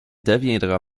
deviendra